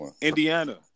Indiana